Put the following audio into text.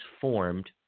formed